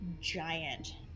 giant